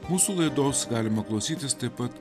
mūsų laidos galima klausytis taip pat